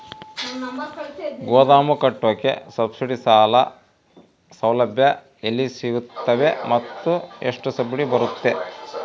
ಗೋದಾಮು ಕಟ್ಟೋಕೆ ಸಬ್ಸಿಡಿ ಸಾಲ ಸೌಲಭ್ಯ ಎಲ್ಲಿ ಸಿಗುತ್ತವೆ ಮತ್ತು ಎಷ್ಟು ಸಬ್ಸಿಡಿ ಬರುತ್ತೆ?